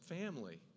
family